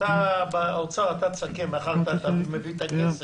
אתה באוצר, אתה תסכם מאחר שאתה מביא את הכסף.